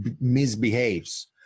misbehaves